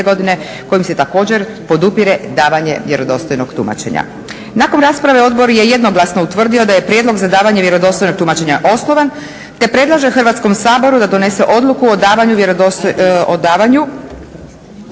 kojim se također podupire davanje vjerodostojnog tumačenja. Nakon rasprave odbor je jednoglasno utvrdio da je prijedlog za davanje vjerodostojnog tumačenja osnovan, te predlaže Hrvatskom saboru da donese odluku o davanju mišljenja